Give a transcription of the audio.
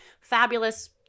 fabulous